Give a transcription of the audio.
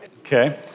okay